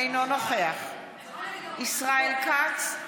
אינו נוכח ישראל כץ,